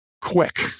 quick